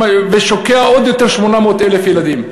ושוקע עוד יותר, 800,000 ילדים.